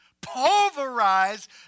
pulverize